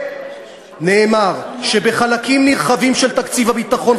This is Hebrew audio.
ונאמר שבחלקים נרחבים של תקציב הביטחון,